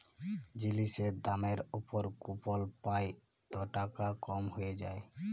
জিলিসের দামের উপর কুপল পাই ত টাকা কম হ্যঁয়ে যায়